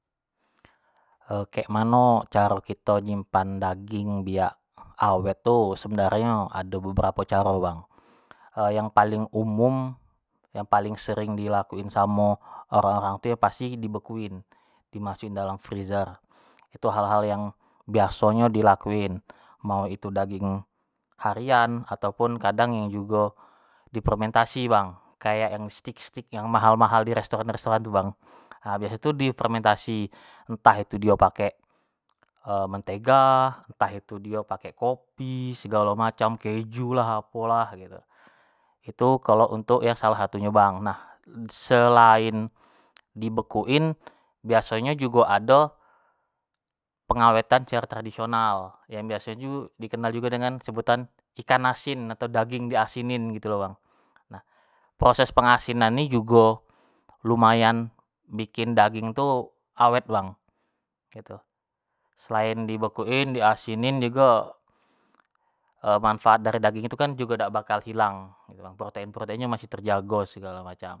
kek mano caro kito nyimpan daging biak awet tu sebenarnyo ado beberapo caro bang, yang paling umum yang paling sering dilakuin samo orang-orang tu yo pasti di bekuin di masuk in dalam freezer, itu hal-hal yang biaso nyo dilakuin, mau itu daging harian atau pun kadang yo jugo di fermentasi bang, kayak yang di steak-steak yang mahal-mahal di restoran-restoran tu bang, biasonyo tu di fermentasi, entah itu dio pake mentega, enatha itu dio pake kopi, segalo macam, keju lah, apo lah gitu, itu kalo untuk yang salah satu nyo bang, nah s- selain dibekuin, biaso nyo jugo ado pengawetan secaro tradisioanal, yang biaso nyo tu dikenal jugo dengan sebutan, ikan asin atau daging diasinin gitu lo bang, nah proses pengasinan ini jugo lumayan bikin daging tu awet bang gitu, selain dibekuiin, diasinin jugo manfaat dari daging tu jugo kan dak bakal hilang, protein-protein nyo masih terjago segalo macam.